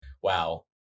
Wow